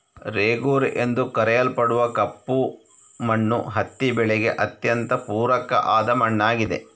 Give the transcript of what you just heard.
ರೇಗೂರ್ ಎಂದು ಕರೆಯಲ್ಪಡುವ ಕಪ್ಪು ಮಣ್ಣು ಹತ್ತಿ ಬೆಳೆಗೆ ಅತ್ಯಂತ ಪೂರಕ ಆದ ಮಣ್ಣಾಗಿದೆ